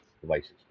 devices